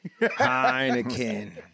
Heineken